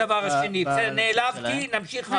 בסדר, נעלבתי, נמשיך הלאה.